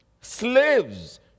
slaves